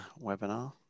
webinar